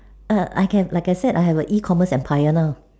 ah I can like I said I have a ecommerce empire now